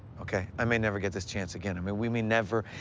okay? i may never get this chance again. i mean, we may never,